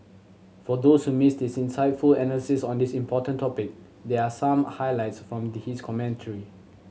for those who missed his insightful analysis on this important topic there are some highlights from the his commentary